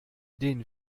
den